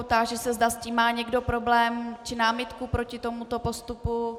Táži se, zda s tím má někdo problém či námitku proti tomuto postupu.